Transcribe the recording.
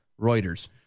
Reuters